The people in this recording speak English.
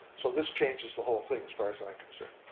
so this changes the whole thing as far as i'm concerned.